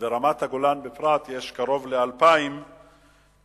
וברמת-הגולן יש קרוב ל-2,000